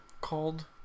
called